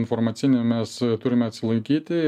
informacinį mes turime atsilaikyti